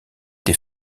des